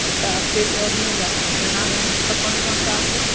अच्छा हफ़्ते ॾह ॾींहंनि लाइ घणा रूम खपंदा तव्हांखे